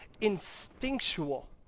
instinctual